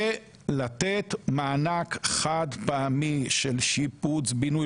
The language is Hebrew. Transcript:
ולתת מענק חד פעמי של שיפוץ בינוי,